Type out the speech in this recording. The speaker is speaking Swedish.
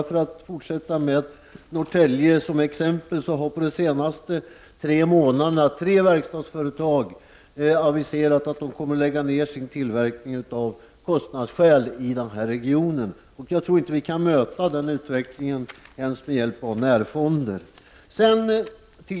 För att fortsätta med Norrtälje så har under de senaste tre månaderna tre verkstadsföretag aviserat att de kommer att lägga ner sin tillverkning i denna region av kostnadsskäl. Jag tror inte vi kan möta denna utveckling ens med hjälp av närfonder.